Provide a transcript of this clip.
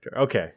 Okay